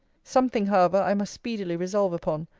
something, however, i must speedily resolve upon,